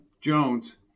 Jones